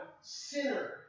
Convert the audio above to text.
sinner